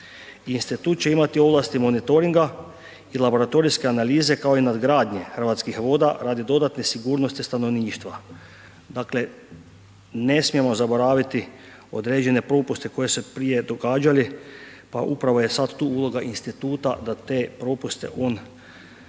Institut će imati ovlasti monitoringa i laboratorijske analize kao i nadgradnje Hrvatskih voda radi dodatne sigurnosti stanovništva, dakle ne smijemo zaboraviti određene propuste koji se prije događali pa upravo je sad tu uloga instituta da te propuste da